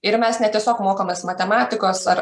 ir mes ne tiesiog mokomės matematikos ar